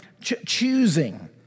choosing